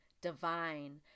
divine